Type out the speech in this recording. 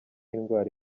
indwara